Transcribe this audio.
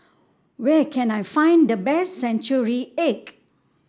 where can I find the best Century Egg